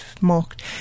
marked